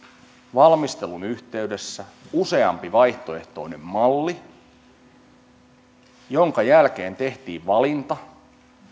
valmistelun yhteydessä useampi vaihtoehtoinen malli joiden jälkeen tehtiin valinta